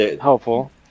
helpful